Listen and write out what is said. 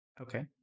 Okay